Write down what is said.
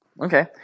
Okay